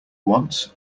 once